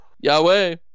Yahweh